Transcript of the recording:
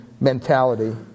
mentality